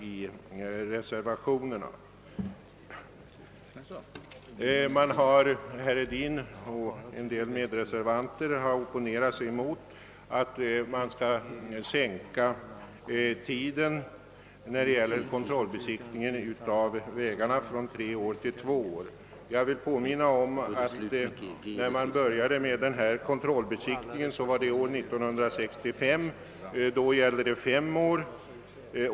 I reservationen I har herr Hedin och hans medreservant opponerat sig mot förslaget om en sänkning av tiden när det gäller kontrollbesiktning av bilar från tre till två år. Denna kontrollbesiktning infördes år 1965. Då gällde tiden fem år.